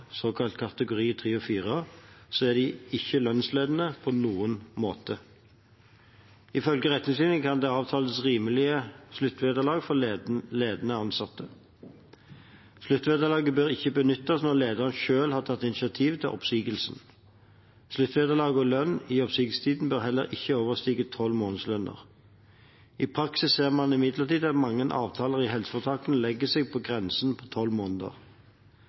såkalt kategori 3 og 4, er de ikke lønnsledende på noen måte. Ifølge retningslinjene kan det avtales rimelige sluttvederlag for ledende ansatte. Sluttvederlaget bør ikke benyttes når lederen selv har tatt initiativ til oppsigelsen. Sluttvederlag og lønn i oppsigelsestiden bør heller ikke overstige tolv månedslønner. I praksis ser man imidlertid at mange avtaler i helseforetakene legger seg på grensen på tolv måneder.